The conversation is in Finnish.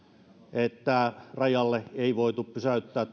että turvapaikanhakijoita ei voitu pysäyttää